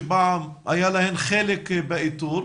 שפעם היה להן חלק באיתור,